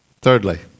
Thirdly